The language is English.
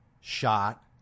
shot